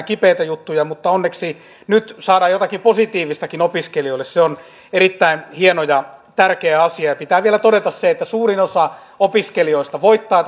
kipeitä juttuja mutta onneksi nyt saadaan jotakin positiivistakin opiskelijoille se on erittäin hieno ja tärkeä asia pitää vielä todeta se että suurin osa opiskelijoista voittaa